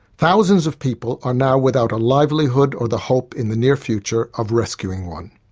thousands of people are now without a livelihood or the hope, in the near future, of rescuing one.